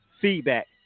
feedback